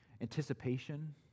anticipation